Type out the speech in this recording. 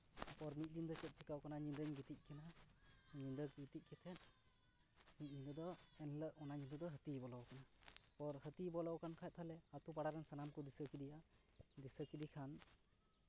ᱮᱨᱯᱚᱨ ᱢᱤᱫ ᱫᱤᱱ ᱫᱚ ᱪᱮᱫ ᱪᱤᱠᱟᱹᱣ ᱠᱟᱱᱟ ᱧᱤᱫᱟᱹᱧ ᱜᱤᱛᱤᱡ ᱟᱠᱟᱱᱟ ᱧᱤᱫᱟᱹ ᱜᱤᱛᱤᱡ ᱠᱟᱛᱮᱫ ᱢᱤᱫ ᱧᱤᱫᱟᱹ ᱫᱚ ᱮᱱᱦᱤᱞᱳᱜ ᱚᱱᱟ ᱧᱤᱫᱟᱹ ᱫᱚ ᱦᱟᱹᱛᱤᱭ ᱵᱚᱞᱚᱣ ᱠᱟᱱᱟ ᱯᱚᱨ ᱦᱟᱹᱛᱤᱭ ᱵᱚᱞᱚᱣ ᱠᱟᱱ ᱠᱷᱟᱱ ᱛᱟᱦᱞᱮ ᱟᱛᱳ ᱯᱟᱲᱟ ᱨᱮᱱ ᱥᱟᱱᱟᱢ ᱠᱚ ᱫᱤᱥᱟᱹ ᱠᱮᱫᱮᱭᱟ ᱫᱤᱥᱟᱹ ᱠᱮᱫᱮ ᱠᱷᱟᱱ